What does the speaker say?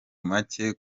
make